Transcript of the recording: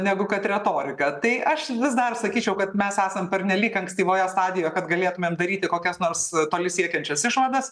negu kad retorika tai aš vis dar sakyčiau kad mes esam pernelyg ankstyvoje stadijo kad galėtumėm daryti kokias nors toli siekiančias išvadas